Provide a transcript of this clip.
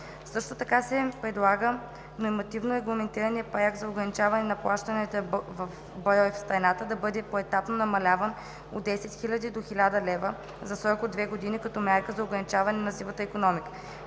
Също така се предлага нормативно регламентираният праг за ограничаване на плащания в брой в страната да бъде поетапно намален от 10 000 лв. до 1000 лв. за срок от две години, като мярка за ограничаване на сивата икономика.